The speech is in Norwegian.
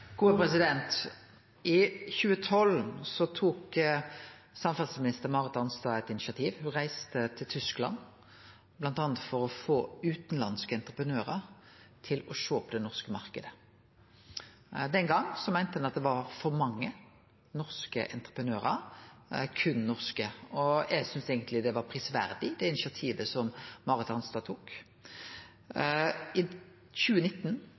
2012 tok samferdselsminister Marit Arnstad eit initiativ. Ho reiste til Tyskland bl.a. for å få utanlandske entreprenørar til å sjå på den norske marknaden. Den gongen meinte ein at det var for mange norske entreprenørar – berre norske, og eg syntest eigentleg det var prisverdig det initiativet som Marit Arnstad tok. Av dei prosjekta me hadde i 2019,